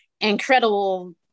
incredible